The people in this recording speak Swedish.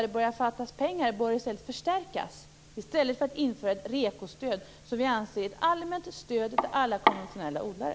Vi tycker att man bör förstärka dem i stället för att införa ett REKO-stöd som vi anser är ett allmänt stöd till alla konventionella odlare.